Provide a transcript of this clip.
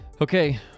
Okay